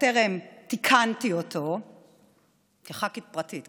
בטרם תיקנתי אותו כח"כית פרטית,